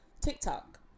tiktok